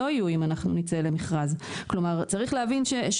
לא יהיו אם אנחנו נצא למכרז.